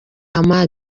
hamdan